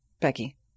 Becky